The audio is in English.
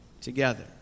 together